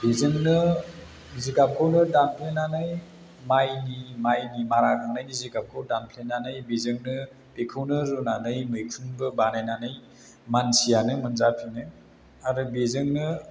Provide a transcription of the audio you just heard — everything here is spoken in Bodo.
बेजोंनो जिगाबखौनो दानफ्लेनानै मायनि मायनि मारा होखांनायनि जिगाबखौ दानफ्लेनानै बिजोंनो बिखौनो रुनानै मैखुनबो बानायनानै मानसियानो मोनजाफिनो आरो बेजोंनो